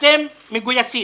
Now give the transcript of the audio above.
אתם מגויסים,